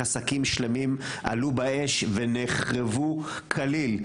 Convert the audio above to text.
איך עסקים שלמים עלו באש ונחרבו כליל.